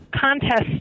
contest